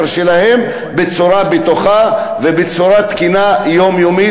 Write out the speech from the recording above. שלהם בצורה בטוחה ובצורה תקינה יום-יום,